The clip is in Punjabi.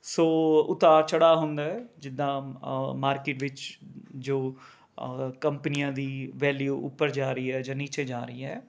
ਸੌ ਉਤਾਰ ਚੜ੍ਹਾਅ ਹੁੰਦਾ ਹੈ ਜਿੱਦਾਂ ਮਾਰਕੀਟ ਵਿੱਚ ਜੋ ਕੰਪਨੀਆਂ ਦੀ ਵੈਲਿਊ ਉੱਪਰ ਜਾ ਰਹੀ ਹੈ ਜਾਂ ਨੀਚੇ ਜਾ ਰਹੀ ਹੈ